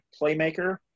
playmaker